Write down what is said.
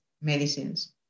medicines